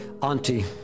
Auntie